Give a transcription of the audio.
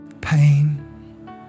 pain